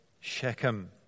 Shechem